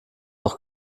doch